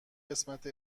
قسمت